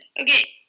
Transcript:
Okay